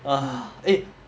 eh